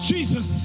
Jesus